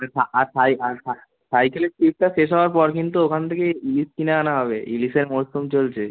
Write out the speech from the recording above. আর সাই আর সাইকেলের ট্রিপটা শেষ হওয়ার পর কিন্তু ওখান থেকেই ইলিশ কিনে আনা হবে ইলিশের মরসুম চলছে